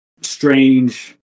strange